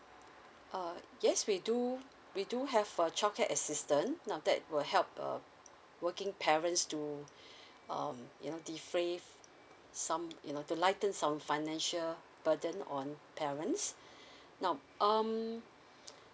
uh yes we do we do have for childcare assistant now that will help uh working parents to um you know deprave some you know to lighten some financial burden on parents now um